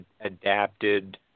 adapted